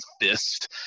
fist